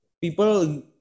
people